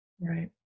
Right